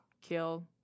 kill